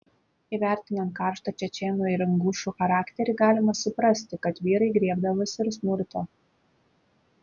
įvertinant karštą čečėnų ir ingušų charakterį galima suprasti kad vyrai griebdavosi ir smurto